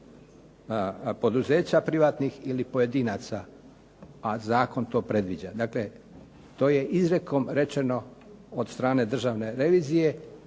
poduzeća privatnih ili pojedinaca, a zakon to predviđa. Dakle, to je izrijekom rečeno od strane Državne revizije